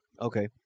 okay